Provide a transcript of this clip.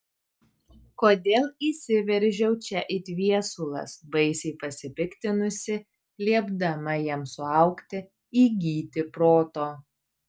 kodėl įsiveržiau čia it viesulas baisiai pasipiktinusi liepdama jam suaugti įgyti proto